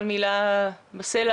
כל מילה בסלע,